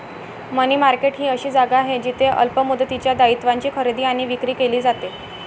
मनी market ही अशी जागा आहे जिथे अल्प मुदतीच्या दायित्वांची खरेदी आणि विक्री केली जाते